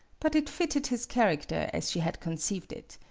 but it fitted his character as she had conceived it.